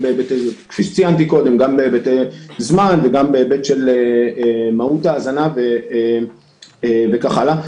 כפי שציינתי קודם גם בהיבטי זמן וגם בהיבט של מהות ההאזנה וכן הלאה.